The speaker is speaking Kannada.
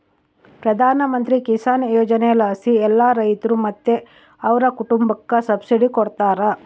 ಪ್ರಧಾನಮಂತ್ರಿ ಕಿಸಾನ್ ಯೋಜನೆಲಾಸಿ ಎಲ್ಲಾ ರೈತ್ರು ಮತ್ತೆ ಅವ್ರ್ ಕುಟುಂಬುಕ್ಕ ಸಬ್ಸಿಡಿ ಕೊಡ್ತಾರ